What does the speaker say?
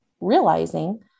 realizing